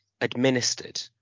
administered